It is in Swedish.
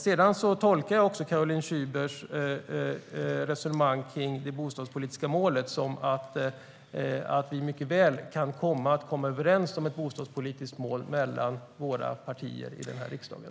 Sedan tolkar jag Caroline Szybers resonemang kring det bostadspolitiska målet som att vi mycket väl kan komma överens om ett bostadspolitiskt mål mellan våra partier i riksdagen.